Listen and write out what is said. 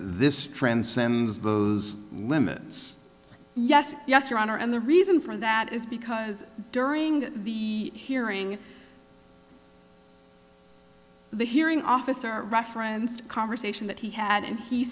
this transcends those limits yes yes your honor and the reason for that is because during the hearing the hearing officer referenced conversation that he had and he